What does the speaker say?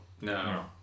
no